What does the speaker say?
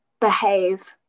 behave